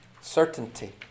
certainty